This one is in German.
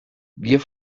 wir